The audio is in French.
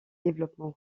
développement